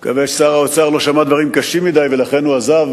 אני מקווה ששר האוצר לא שמע דברים קשים מדי ולכן הוא עזב,